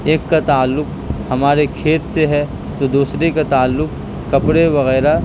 ایک کا تعلق ہمارے کھیت سے ہے تو دوسرے کا تعلق کپڑے وغیرہ